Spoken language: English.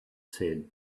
said